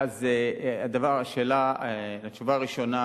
התשובה הראשונה,